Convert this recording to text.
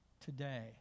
today